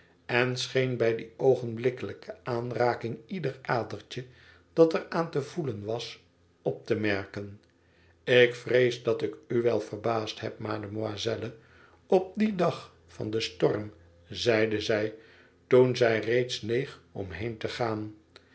en scheen bij die oogenblikkelijke aanraking ieder adertje dat er aan te voelen was op te merken ik vrees dat ik u wel verbaasd heb mademoiselle op dien dag van den storm zeide zij toen zij reeds neeg om heen te gaan